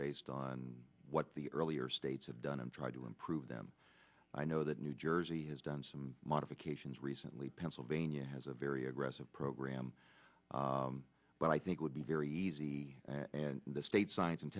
based on what the earlier states have done and tried to improve them i know that new jersey has done some modifications recently pennsylvania has a very aggressive program but i think would be very easy and the state science and